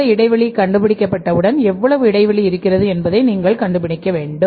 அந்த இடைவெளி கண்டுபிடிக்கப்பட்டவுடன் எவ்வளவு இடைவெளி இருக்கிறது என்பதை நீங்கள் கண்டுபிடிக்க வேண்டும்